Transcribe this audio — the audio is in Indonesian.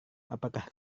apakah